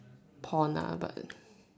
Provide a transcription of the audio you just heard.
porn ah but